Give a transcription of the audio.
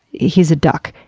he's a duck.